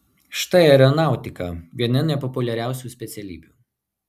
štai aeronautika viena nepopuliariausių specialybių